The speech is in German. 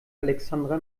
alexandra